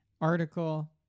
article